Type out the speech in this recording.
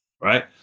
right